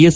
S